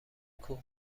کوه